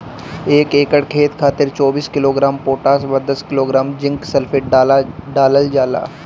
एक एकड़ खेत खातिर चौबीस किलोग्राम पोटाश व दस किलोग्राम जिंक सल्फेट डालल जाला?